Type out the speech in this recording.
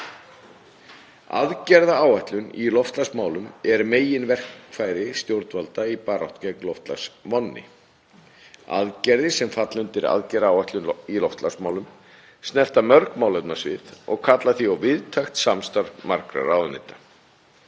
Aðgerðaáætlun í loftslagsmálum er meginverkfæri stjórnvalda í baráttu gegn loftslagsvánni. Aðgerðir sem falla undir aðgerðaáætlun í loftslagsmálum snerta mörg málefnasvið og kalla á víðtækt samstarf margra ráðuneyta.